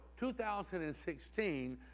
2016